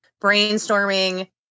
brainstorming